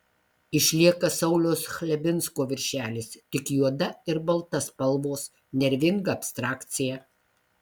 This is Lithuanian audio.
išlieka sauliaus chlebinsko viršelis tik juoda ir balta spalvos nervinga abstrakcija